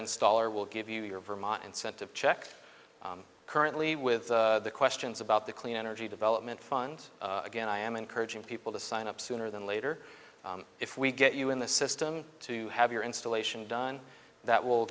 installer will give you your vermont incentive check currently with questions about the clean energy development fund again i am encouraging people to sign up sooner than later if we get you in the system to have your installation done that will